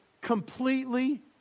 completely